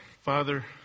Father